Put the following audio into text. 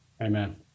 Amen